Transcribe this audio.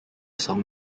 song